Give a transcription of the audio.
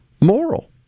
moral